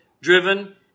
driven